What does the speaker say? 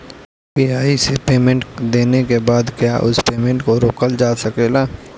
UPI से पईसा देने के बाद क्या उस पेमेंट को रोकल जा सकेला?